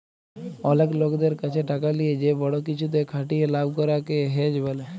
অলেক লকদের ক্যাছে টাকা লিয়ে যে বড় কিছুতে খাটিয়ে লাভ করাক কে হেজ ব্যলে